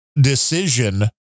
decision